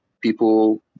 people